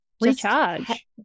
recharge